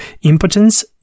impotence